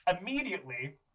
immediately